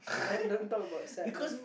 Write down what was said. man don't talk about sadness